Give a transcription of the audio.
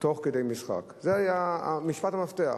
תוך כדי משחק, זה היה משפט המפתח.